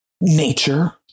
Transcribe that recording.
nature